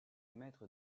mètres